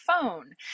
Phone